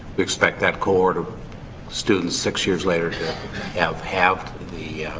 we expect that corps of students six years later have halved the